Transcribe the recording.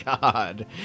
god